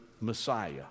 Messiah